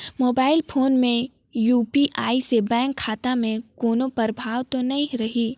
Mobile phone मे UPI से bank खाता मे कोनो प्रभाव तो नइ रही?